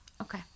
Okay